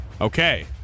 Okay